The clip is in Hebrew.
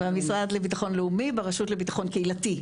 מהמשרד לביטחון לאומי, ברשות לביטחון קהילתי.